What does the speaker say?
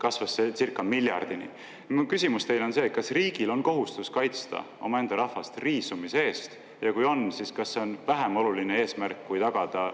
kasvas seecircamiljardini. Mu küsimus teile on see, kas riigil on kohustus kaitsta omaenda rahvast riisumise eest. Ja kui on, siis kas see on vähem oluline eesmärk, kui tagada